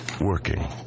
working